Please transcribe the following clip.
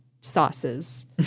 sauces